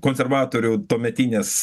konservatorių tuometinės